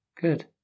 Good